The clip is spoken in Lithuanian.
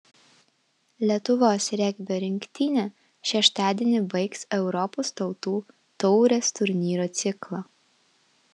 lietuvos regbio rinktinė šeštadienį baigs europos tautų taurės turnyro ciklą